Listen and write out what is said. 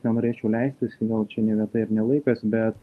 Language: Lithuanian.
nenorėčiau leistis vėl čia ne vieta ir ne laikas bet